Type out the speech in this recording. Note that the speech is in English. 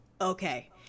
Okay